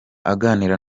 aganira